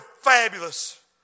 fabulous